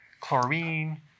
chlorine